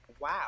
wow